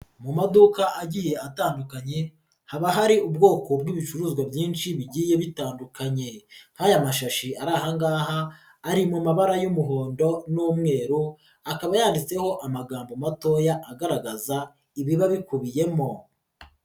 Mu maduka agiye atandukanye haba hari ubwoko bw'ibicuruzwa byinshi bigiye bitandukanye, nk'aya mashashi ari aha ngaha ari mu mabara y'umuhondo n'umweru, akaba yanditseho amagambo matoya agaragaza ibiba bikubiyemo.